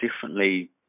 differently